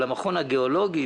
על המכון הגיאולוגי".